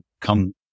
come